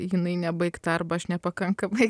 jinai nebaigta arba aš nepakankamai